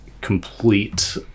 complete